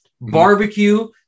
barbecue